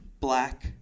black